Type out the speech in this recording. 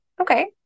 Okay